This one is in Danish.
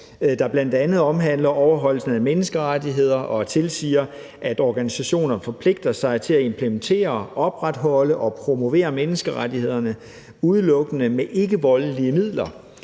der bl.a. omhandler overholdelsen af menneskerettigheder, og som tilsiger, at organisationer forpligter sig til at implementere, opretholde og promovere menneskerettighederne udelukkende med ikkevoldelige midler.